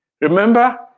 Remember